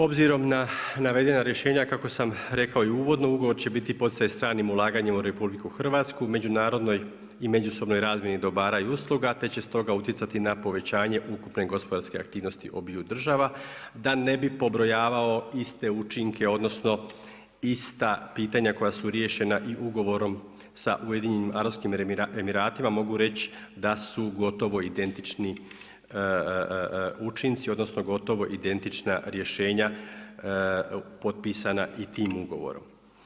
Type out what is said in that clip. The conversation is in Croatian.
Obzirom na navedena rješenja kako sam rekao i uvodno ugovor će biti … ulaganjima u RH, međunarodnoj i međusobnoj razmjeni dobara i usluga, te će stoga utjecati na povećanje ukupne gospodarske aktivnosti obiju država da ne bih pobrojavao iste učinke, odnosno ista pitanja koja su riješena i ugovorom sa Ujedinjenim Arapskim Emiratima mogu reći da su gotovo identični učinci, odnosno gotovo identična rješenja potpisana i tim ugovorom.